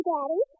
Daddy